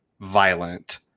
violent